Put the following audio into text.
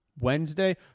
wednesday